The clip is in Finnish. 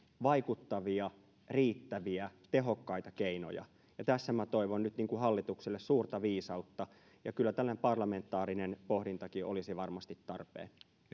vaikuttavia riittäviä tehokkaita keinoja tässä minä toivon nyt hallitukselle suurta viisautta ja kyllä tällainen parlamentaarinen pohdintakin olisi varmasti tarpeen